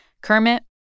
Kermit